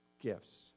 gifts